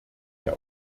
der